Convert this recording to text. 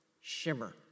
shimmer